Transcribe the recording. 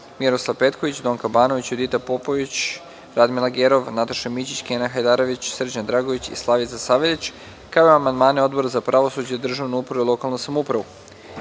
Miroslav Petković, Donka Banović, Judita Popović, Radmila Gerov, Nataša Mićić, Kenan Hajdarević, Srđan Dragojević i Slavica Saveljić, kao i amandmane Odbora za pravosuđe, državnu upravu i lokalnu samoupravu. Primili